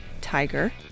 tiger